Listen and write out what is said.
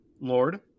Lord